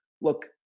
look